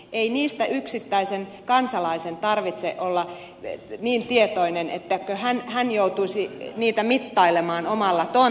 ei niistä yksittäisen kansalaisen tarvitse olla niin tietoinen että hän joutuisi niitä mittailemaan omalla tontillaan